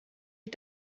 ich